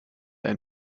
ein